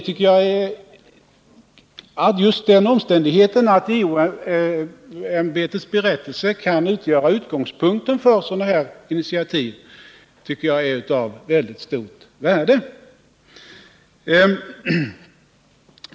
Just den omständigheten att JO:s ämbetsberättelse kan utgöra utgångspunkten för sådana här initiativ tycker jag är av mycket stort värde.